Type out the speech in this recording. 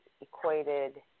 equated